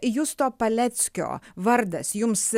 justo paleckio vardas jums